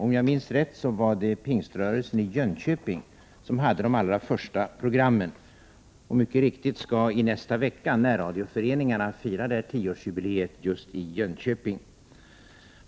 Om jag minns rätt var det Pingströrelsen i Jönköping som sände de allra första programmen. Mycket riktigt skall närradioföreningarna i nästa vecka fira tioårsjubileet just i Jönköping.